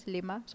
Lima